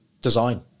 design